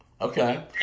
Okay